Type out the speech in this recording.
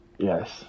Yes